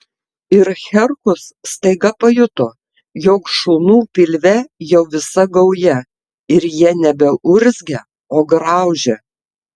ir herkus staiga pajuto jog šunų pilve jau visa gauja ir jie nebeurzgia o graužia